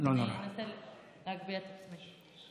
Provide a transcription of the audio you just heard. אנסה להגביה את עצמי.